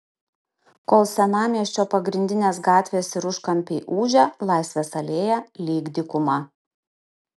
kol senamiesčio pagrindinės gatvės ir užkampiai ūžia laisvės alėja lyg dykuma